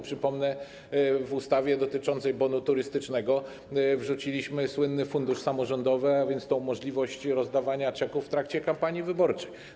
Przypomnę, do ustawy dotyczącej bonu turystycznego wrzuciliśmy słynny fundusz samorządowy, a więc tę możliwość rozdawania czeków w trakcie kampanii wyborczej.